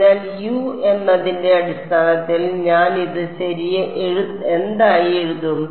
അതിനാൽ യു എന്നതിന്റെ അടിസ്ഥാനത്തിൽ ഞാൻ ഇത് എന്തായി എഴുതും